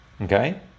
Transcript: Okay